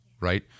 right